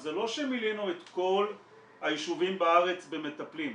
זה לא שמילאנו את כל היישובים בארץ במטפלים.